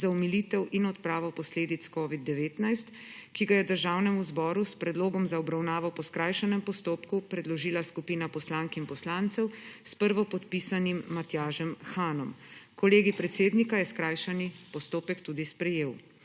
za omilitev in odpravo posledic COVID-19, ki ga je Državnemu zboru s predlogom za obravnavo po skrajšanem postopku predložila skupina poslank in poslancev s prvopodpisanim Matjažem Hanom. Kolegij predsednika je skrajšani postopek tudi sprejel.